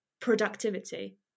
productivity